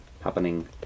happening